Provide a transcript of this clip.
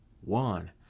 one